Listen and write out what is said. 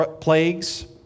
plagues